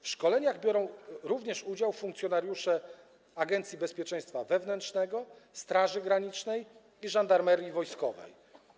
W szkoleniach biorą również udział funkcjonariusze Agencji Bezpieczeństwa Wewnętrznego, Straży Granicznej i Żandarmerii Wojskowej.